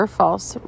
false